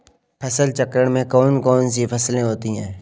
फसल चक्रण में कौन कौन सी फसलें होती हैं?